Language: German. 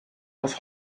aus